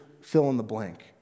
fill-in-the-blank